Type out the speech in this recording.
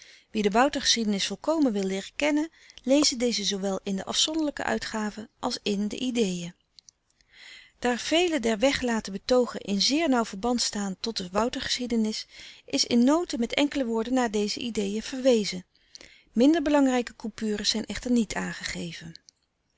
wie de woutergeschiedenis volkomen wil leeren kennen leze deze zoowel in de afzonderlijke uitgave als in de ideen daar vele der weggelaten betoogen in zeer nauw verband staan tot de woutergeschiedenis is in noten met enkele woorden naar deze ideen verwezen minder belangrijke coupures zijn echter niet aangegeven